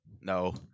No